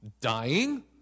Dying